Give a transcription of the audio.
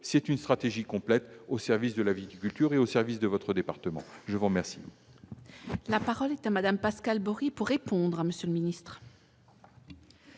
c'est une stratégie complète au service de la viticulture et au service de votre département, je vous remercie. La parole de Madame Pascale Borie pour répondre à Monsieur le Ministre.